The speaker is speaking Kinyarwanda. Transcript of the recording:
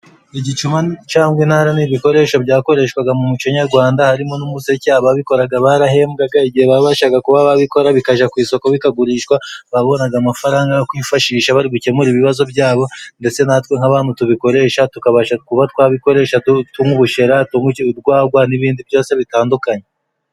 Igicuma cangwa intara n'ibikoresho byakoreshwaga mu muco nyarwanda harimo n'umuseke ababikoraga barahembwa igihe babashaga kuba babikora bikaja ku isoko bikagurishwa babonaga amafaranga yo kwifashisha bari gukemure ibibazo byabo ndetse natwe nk'abamwe tubikoresha tukabasha kuba twabikoresha tunwa ubushera tunwa ugwagwa n'ibindi byose bitandukanye.